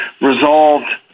resolved